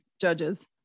Judges